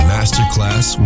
Masterclass